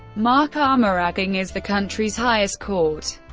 mahkamah agung is the country's highest court,